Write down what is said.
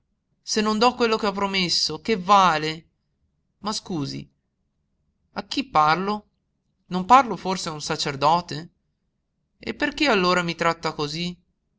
se non do quello che ho promesso che vale ma scusi a chi parlo non parlo forse a un sacerdote e perché allora mi tratta cosí